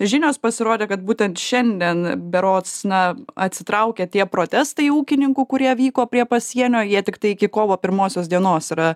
žinios pasirodė kad būtent šiandien berods na atsitraukia tie protestai ūkininkų kurie vyko prie pasienio jie tiktai iki kovo pirmosios dienos yra